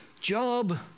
job